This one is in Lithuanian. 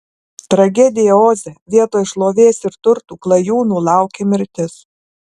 tragedija oze vietoj šlovės ir turtų klajūnų laukė mirtis